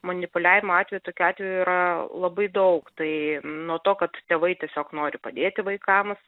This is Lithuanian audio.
manipuliavimo atvejų tokių atvejų yra labai daug tai nuo to kad tėvai tiesiog nori padėti vaikams